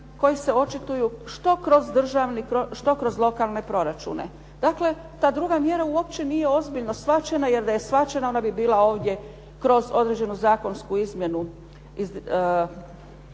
koji se očituju što kroz državni proračun što kroz lokalne proračune. Dakle, ta druga mjera uopće nije ozbiljno shvaćena, jer da je shvaćena ona bi bila ovdje kroz određenu zakonsku izmjenu